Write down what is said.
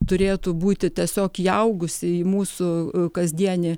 turėtų būti tiesiog įaugusi į mūsų kasdienį